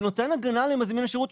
זה נותן הגנה למזמין השירות,